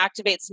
activates